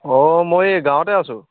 অঁ মই এই গাঁৱতে আছো